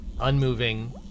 unmoving